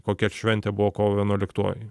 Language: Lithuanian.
kokia šventė buvo kovo vienuoliktoji